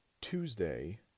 Tuesday